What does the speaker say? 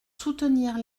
soutenir